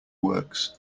works